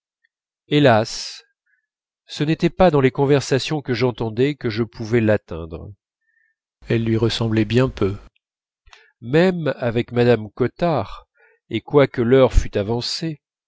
hélas ce n'était pas dans les conversations que j'entendais que je pouvais l'atteindre elles lui ressemblaient bien peu même avec mme cottard et quoique l'heure fût avancée